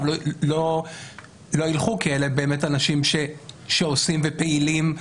לא ילכו כי אלה באמת אנשים שעושים ופעילים,